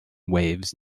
waves